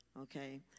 okay